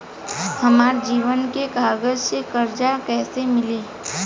हमरा जमीन के कागज से कर्जा कैसे मिली?